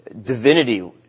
divinity